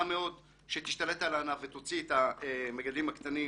מאוד שתשתלט על הענף ותוציא את המגדלים הקטנים